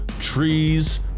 trees